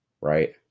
right